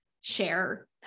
share